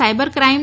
cyber crime